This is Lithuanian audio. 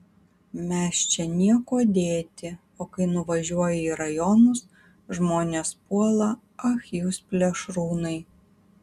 mes čia niekuo dėti o kai nuvažiuoji į rajonus žmonės puola ach jūs plėšrūnai